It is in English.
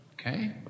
Okay